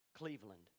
Cleveland